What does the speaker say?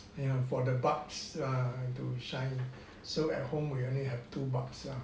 you know for the bulbs err to shine so at home we only have two bulbs yeah